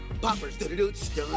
poppers